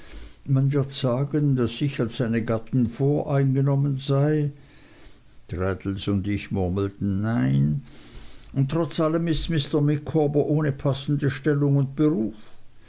man wird sagen daß ich als seine gattin voreingenommen sei traddles und ich murmelten nein und trotz alle dem ist mr micawber ohne passende stellung und beruf